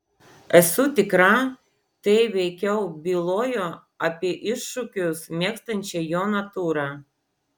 esu tikra tai veikiau bylojo apie iššūkius mėgstančią jo natūrą